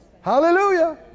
Hallelujah